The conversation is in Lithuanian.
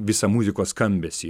visą muzikos skambesį